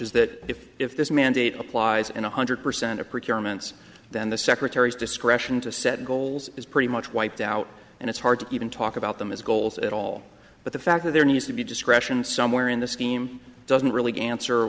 is that if if this mandate applies and one hundred percent of procurements then the secretary's discretion to set goals is pretty much wiped out and it's hard to even talk about them as goals at all but the fact that there needs to be discretion somewhere in the scheme doesn't really answer